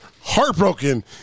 heartbroken